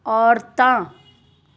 ਔਰਤਾਂ